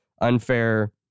Unfair